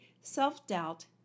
self-doubt